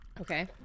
Okay